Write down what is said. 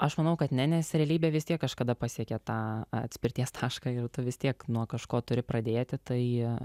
aš manau kad ne nes realybė vis tiek kažkada pasiekė tą atspirties tašką ir tu vis tiek nuo kažko turi pradėti tai